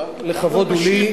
טוב, לכבוד הוא לי.